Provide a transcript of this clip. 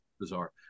bizarre